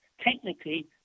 Technically